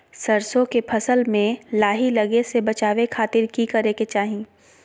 सरसों के फसल में लाही लगे से बचावे खातिर की करे के चाही?